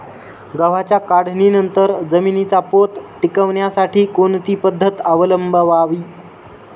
गव्हाच्या काढणीनंतर जमिनीचा पोत टिकवण्यासाठी कोणती पद्धत अवलंबवावी?